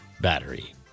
battery